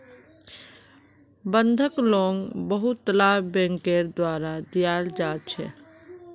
बंधक लोन बहुतला बैंकेर द्वारा दियाल जा छे